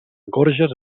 gorges